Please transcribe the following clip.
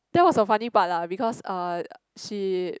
that was a funny part lah because uh she